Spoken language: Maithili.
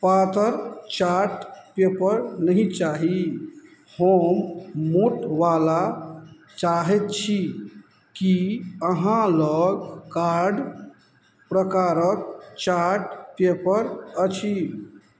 पातर चार्ट पेपर नहि चाही हम मोटवला चाहैत छी कि अहाँ लग कार्ड प्रकारके चार्ट पेपर अछि